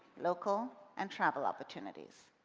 local, and travel opportunities.